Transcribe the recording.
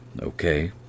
Okay